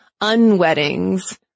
unweddings